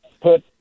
put